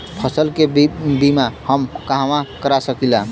फसल के बिमा हम कहवा करा सकीला?